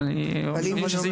אבל זה יכול